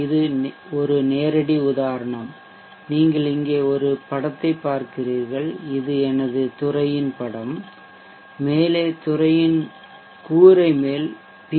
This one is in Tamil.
இது ஒரு நேரடி உதாரணம் நீங்கள் இங்கே ஒரு படத்தைப் பார்க்கிறீர்கள் இது எனது துறையின் படம் மேலே துறையின் கூரை மேல் பி